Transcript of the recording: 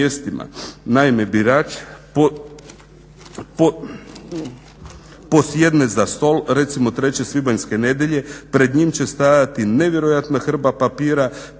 Naime, birač posjedne za stol recimo treće svibanjske nedjelje pred njim će stajati nevjerojatna hrpa papira,